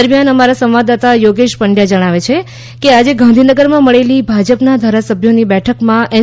દરમિયાન અમારા સંવાદદાતા યોગેશ પંડ્યા જણાવે છે કે આજે ગાંધીનગરમાંમળેલી ભાજપના ધારાસભ્યોની બેઠકમાં એન